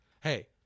Hey